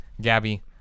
Gabby